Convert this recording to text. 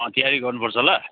तयारी गर्नुपर्छ ल